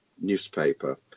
newspaper